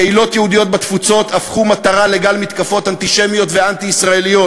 קהילות יהודיות בתפוצות הפכו מטרה לגל מתקפות אנטישמיות ואנטי-ישראליות,